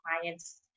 clients